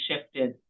shifted